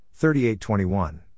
38-21